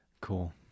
Cool